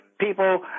people